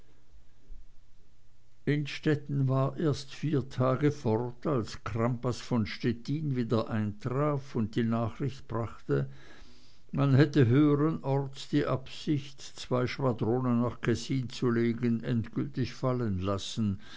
innstetten war erst vier tage fort als crampas von stettin wieder eintraf und die nachricht brachte man hätte höheren orts die absicht zwei schwadronen nach kessin zu legen endgültig fallenlassen